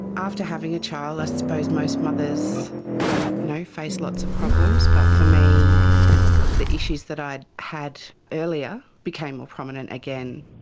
after having a child, i suppose most mothers you know face lots of problems, but for me the issues that i'd had earlier became more prominent again.